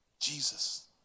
Jesus